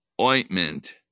ointment